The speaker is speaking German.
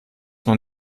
man